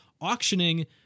auctioning